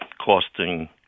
costing